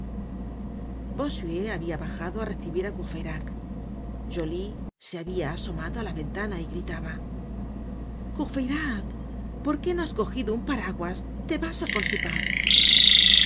bossuet habia bajado á recibir á gourfeyrac joly se habia asomado ála ventana y gritaba courfeyrac por qué no has cogido un paraguas te vas á constipar